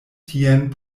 tien